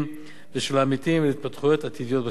ושל העמיתים ולהתפתחויות עתידיות בשווקים.